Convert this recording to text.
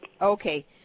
Okay